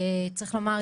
צריך לומר,